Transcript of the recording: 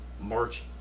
March